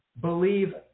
believe